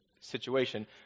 situation